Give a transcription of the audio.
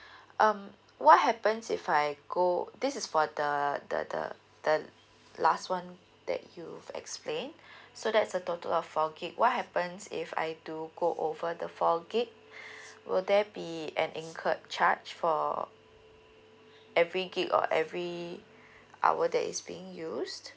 um what happens if I go this is for the the the the the last one that you explain so that's a total of four gig what happens if I do go over the four gig will there be an incurred charge for every gig or every hour that is being used